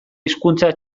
hizkuntza